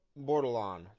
Bordelon